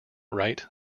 right